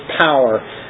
power